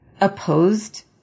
opposed